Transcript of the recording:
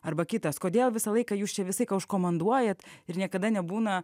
arba kitas kodėl visą laiką jūs čia visaik užkomanduojat ir niekada nebūna